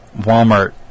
walmart